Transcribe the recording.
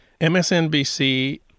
MSNBC